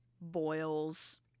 boils